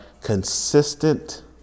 consistent